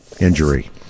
injury